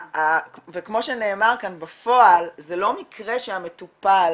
וכמו שנאמר כאן בפועל זה לא מקרה שהמטופל